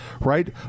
right